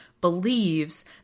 believes